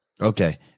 Okay